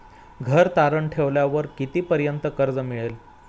घर तारण ठेवल्यावर कितीपर्यंत कर्ज मिळेल?